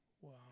Wow